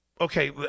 Okay